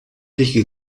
schliche